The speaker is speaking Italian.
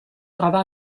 trova